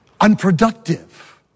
unproductive